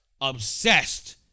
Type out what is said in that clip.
obsessed